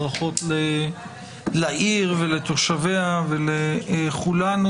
ברכות לעיר ולתושביה ולכולנו,